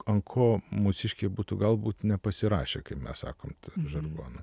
ant ko mūsiškė būtų galbūt nepasirašė kaip mes sakom žargonu